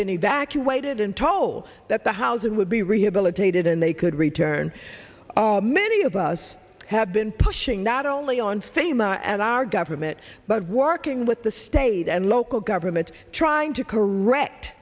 been evacuated and told that the housing would be rehabilitated and they could return many of us have been pushing not only on famous as our government but working with the state and local government trying to correct